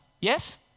Yes